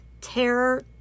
terror